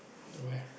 nowhere